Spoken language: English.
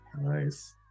Nice